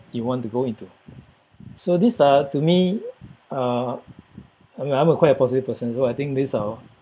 you want to go into so this uh to me uh I mean I'm a quite a positive person so I think these are